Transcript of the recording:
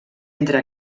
entre